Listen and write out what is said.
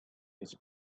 his